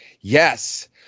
yes